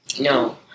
No